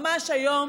ממש היום